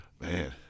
Man